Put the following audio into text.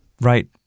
Right